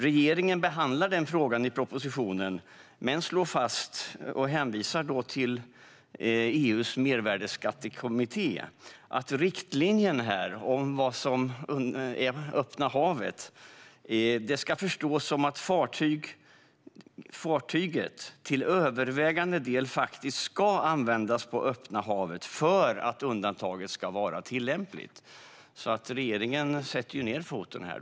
Regeringen behandlar den frågan i propositionen men slår fast - och hänvisar då till EU:s mervärdesskattekommitté - att riktlinjerna för vad som är öppna havet ska förstås som att fartyget till övervägande del ska användas på öppna havet för att undantaget ska vara tillämpligt. Regeringen sätter alltså ned foten här.